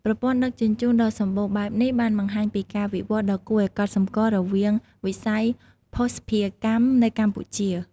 ប្រព័ន្ធដឹកជញ្ជូនដ៏សម្បូរបែបនេះបានបង្ហាញពីការវិវត្តន៍ដ៏គួរឱ្យកត់សម្គាល់របស់វិស័យភស្តុភារកម្មនៅកម្ពុជា។